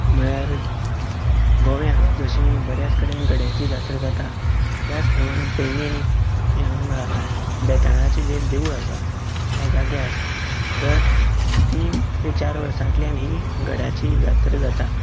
म्हळ्यार गोयांत जशीं बऱ्याच कडेन गड्यांची जात्रा जाता त्याच प्रमाणे पैंगीणी ही हांगा बेताळाचे जे देवूळ आसा ह्या जाग्यार दर तीन ते चार वर्सांतल्यान ही गड्याची जात्रा जाता